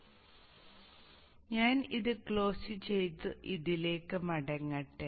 അതിനാൽ ഞാൻ ഇത് ക്ലോസ് ചെയ്തു ഇതിലേക്ക് മടങ്ങട്ടെ